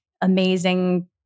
amazing